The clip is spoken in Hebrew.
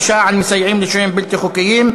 החמרת הענישה על מסייעים לשוהים בלתי חוקיים).